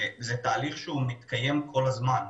זה תהליך שהוא מתקיים כל הזמן.